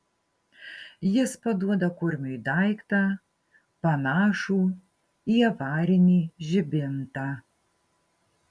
jis paduoda kurmiui daiktą panašų į avarinį žibintą